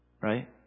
Right